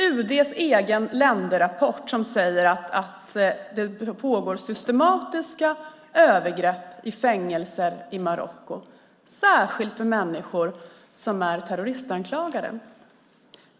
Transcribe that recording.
UD:s egen länderrapport säger att det pågår systematiska övergrepp i fängelser i Marocko, särskilt mot människor som är terroristanklagade.